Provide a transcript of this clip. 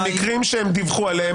המקרים שהם דיווחו עליהם,